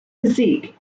physique